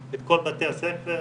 את כל בתי הספר.